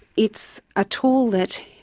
it's a tool that,